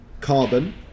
carbon